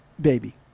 baby